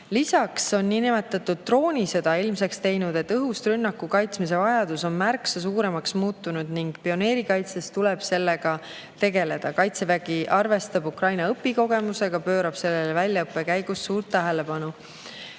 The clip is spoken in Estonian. aastal. Lisaks on niinimetatud droonisõda ilmseks teinud, et õhust rünnaku eest kaitsmise vajadus on märksa suuremaks muutunud. Pioneerikaitses tuleb sellega tegeleda ja kaitsevägi arvestab Ukraina kogemustega, pöörab sellele väljaõppe käigus suurt tähelepanu.